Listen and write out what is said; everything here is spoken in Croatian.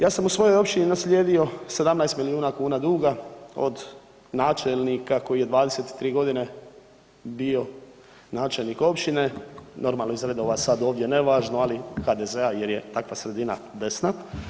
Ja sam u svojoj općini naslijedio 17 miliona kuna duga od načelnika koji je 23 godine bio načelnik općine normalno iz redova sad ovdje nevažno ali HDZ-a, jer takva sredina desna.